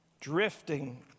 Drifting